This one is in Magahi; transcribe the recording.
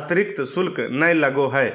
अतरिक्त शुल्क नय लगो हय